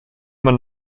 man